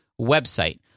website